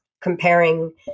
comparing